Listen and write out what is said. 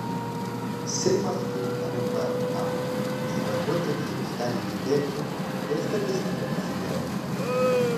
seimas kaip nba svarbu tik į aikštelę išbėgti ir statistiką pasigerinti